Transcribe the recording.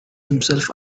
himself